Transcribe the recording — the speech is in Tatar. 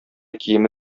киеме